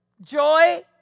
Joy